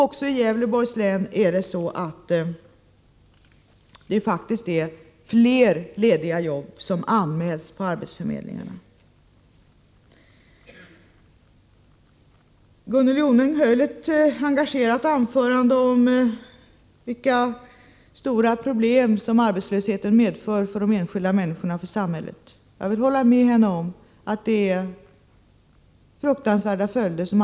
Även i Gävleborgs län anmäls faktiskt fler lediga jobb till arbetsförmedlingarna. Gunnel Jonäng höll ett engagerat anförande om vilka stora problem arbetslösheten medför för de enskilda människorna och för samhället. Jag vill hålla med henne om att arbetslösheten får fruktansvärda följder.